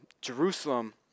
Jerusalem